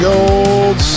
Gold